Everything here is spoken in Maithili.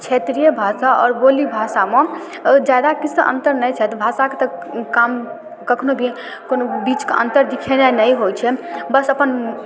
क्षेत्रीय भाषा आओर बोली भाषामे ज्यादा किछु तऽ अन्तर नहि छथि भाषाके तऽ काम कखनो भी कोनो बीचके अन्तर देखेनाए नहि होइ छै बस अपन